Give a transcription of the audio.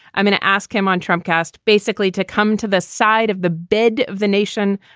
i'm going to ask him on trump cast basically to come to the side of the bed of the nation,